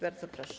Bardzo proszę.